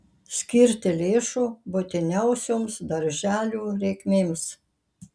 skirti lėšų būtiniausioms darželių reikmėms